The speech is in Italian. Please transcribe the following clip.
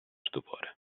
stupore